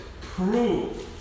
prove